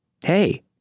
Hey